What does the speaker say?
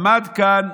עמדו כאן,